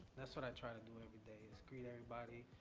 that's what i try to do everybody is greet everybody,